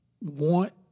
want